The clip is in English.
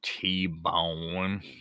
T-Bone